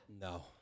No